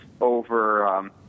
over